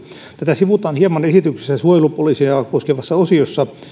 tätä sivutaan hieman esityksessä suojelupoliisia koskevassa osiossa